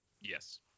Yes